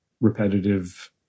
repetitive